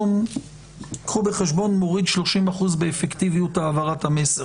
קחו בחשבון שהזום מוריד 30% מאפקטיביות העברת המסר.